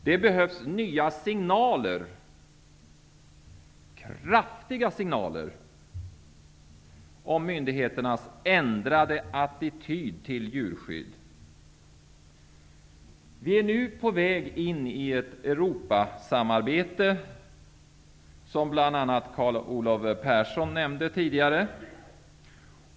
Det behövs nya kraftiga signaler om myndigheternas ändrade attityd till djurskydd. Vi är nu på väg in i ett Europasamarbete, vilket bl.a. Carl Olov Persson nämnde tidigare.